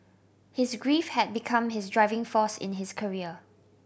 his grief had become his driving force in his career